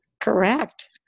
correct